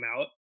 out